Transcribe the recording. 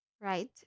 right